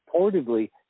reportedly